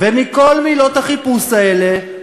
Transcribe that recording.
ולכל מילות החיפוש האלה,